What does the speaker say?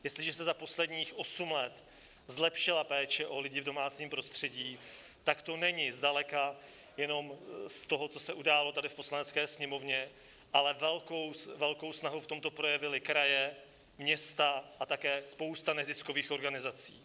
Jestliže se za posledních osm let zlepšila péče o lidi v domácím prostředí, tak to není zdaleka jenom z toho, co se událo tady v Poslanecké sněmovně, ale velkou snahu v tomto projevily kraje, města a také spousta neziskových organizací.